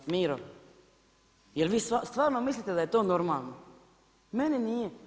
Miro, jel vi stvarno mislite da je to normalno, meni nije?